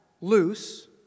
loose